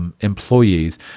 employees